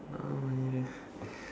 oh man